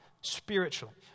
spiritually